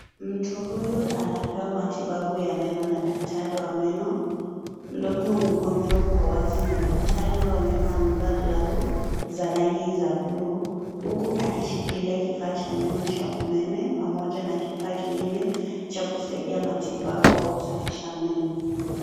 Huyu anapewa matibabu ya meno na daktari wa meno, mdomo wa mgonjwa uko wazi na daktari huyo wa meno amevaa glavu za rangi za bulu huku akishikilia kifaa cha meno cha umeme pamoja na kifaa kingine cha kusaidia matibabu au kusafisha meno.